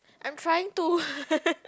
I'm trying to